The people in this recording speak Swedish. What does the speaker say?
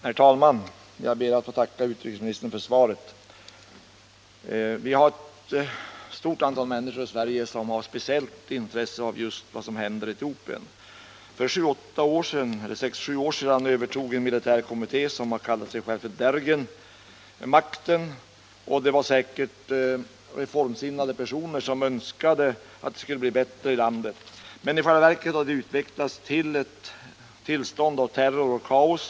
Herr talman! Jag ber att få tacka utrikesministern för svaret. Det finns ett stort antal människor i Sverige som har ett speciellt intresse av vad som händer i just Etiopien. För sex sju år sedan övertog en militärkommitté som kallar sig själv Dergen makten, och det var säkert reformsinnade personer som önskade att det skulle bli bättre i landet. I själva verket har situationen utvecklats till ett tillstånd av terror och kaos.